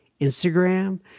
Instagram